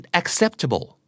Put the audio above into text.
acceptable